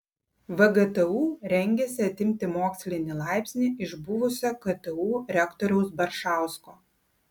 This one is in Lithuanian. vgtu rengiasi atimti mokslinį laipsnį iš buvusio ktu rektoriaus baršausko